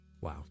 wow